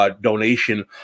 donation